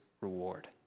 reward